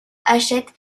hachette